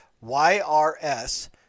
Y-R-S